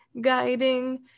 guiding